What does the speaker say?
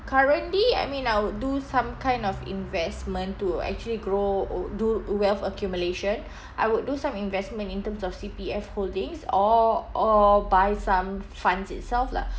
currently I mean I would do some kind of investment to actually grow or do wealth accumulation I would do some investment in terms of C_P_F holdings or or buy some funds itself lah